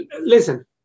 listen